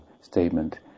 statement